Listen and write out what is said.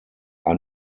are